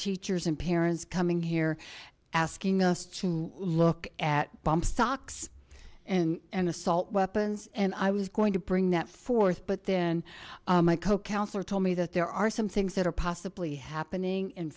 teachers and parents coming here asking us to look at bomb stocks and assault weapons and i was going to bring that forth but then my co counsel told me that there are some things that are possibly happening in